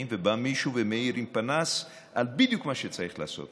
ובא מישהו ומאיר עם פנס בדיוק על מה שצריך לעשות.